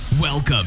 Welcome